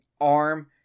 arm